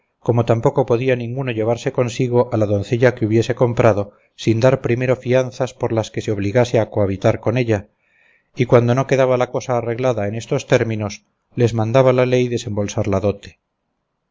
como tampoco podía ninguno llevarse consigo a la doncella que hubiese comprado sin dar primero fianzas por las que se obligase a cohabitar con ella y cuando no quedaba la cosa arreglada en estos términos les mandaba la ley desembolsar la dote